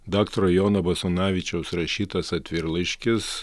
daktaro jono basanavičiaus rašytas atvirlaiškis